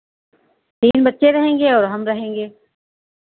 तीन बच्चे रहेंगे और हम रहेंगे